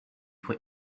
for